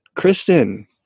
Kristen